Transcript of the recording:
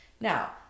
Now